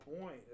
point